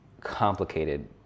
complicated